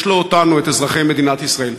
יש לו אותנו, אזרחי מדינת ישראל.